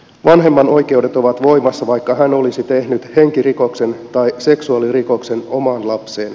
vanhemman oikeudet ovat voimassa vaikka hän olisi tehnyt henkirikoksen tai seksuaalirikoksen omaan lapseen